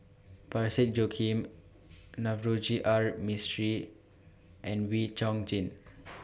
Parsick Joaquim Navroji R Mistri and Wee Chong Jin